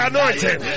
Anointed